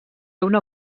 una